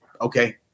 okay